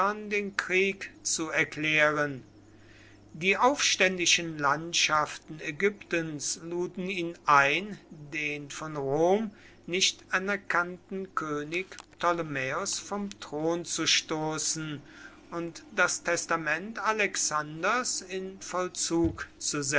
den krieg zu erklären die aufständischen landschaften ägyptens luden ihn ein den von rom nicht anerkannten könig ptolemaeos vom thron zu stoßen und das testament alexanders in vollzug